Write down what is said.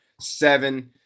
seven